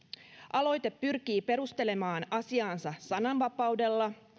aloite pyrkii perustelemaan asiaansa sananvapaudella